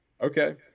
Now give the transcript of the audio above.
Okay